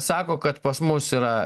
sako kad pas mus yra